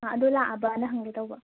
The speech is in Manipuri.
ꯑꯥ ꯑꯗꯣ ꯂꯥꯛꯑꯕꯅ ꯍꯪꯒꯦ ꯇꯩꯕ